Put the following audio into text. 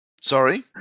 Sorry